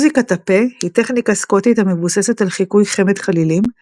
"מוזיקת הפה" – היא טכניקה סקוטית המבוססת על חיקוי חמת חלילים,